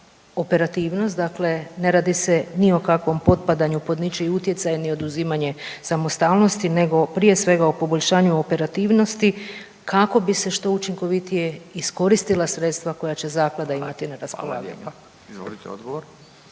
operativnost. Dakle, ne radi se ni o kakvom potpadanju pod ničiji utjecaj ni oduzimanje samostalnosti nego prije svega o poboljšanju operativnosti kako bi se što učinkovitije iskoristila sredstva koja će zaklada imati na raspolaganju. **Radin, Furio